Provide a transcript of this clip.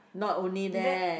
not only that